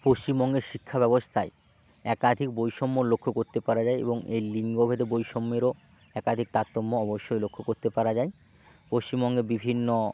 পশ্চিমবঙ্গের শিক্ষা ব্যবস্তায় একাধিক বৈষম্য লক্ষ্য করতে পারা যায় এবং এই লিঙ্গভেদে বৈষম্যেরও একাধিক তারতম্য অবশ্যই লক্ষ্য করতে পারা যায় পশ্চিমবঙ্গে বিভিন্ন